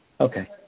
Okay